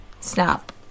Snap